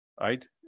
right